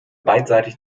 beidseitig